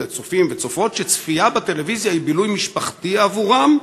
בצופים וצופות שצפייה בטלוויזיה היא בילוי משפחתי עבורם,